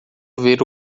ver